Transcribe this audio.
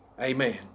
Amen